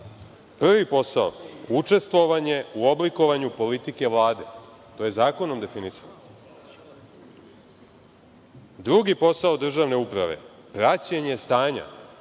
Prvi posao, učestvovanje u oblikovanju politike Vlade, to je zakonom definisano. Drugi posao državne uprave je praćenje stanja,